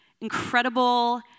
incredible